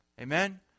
Amen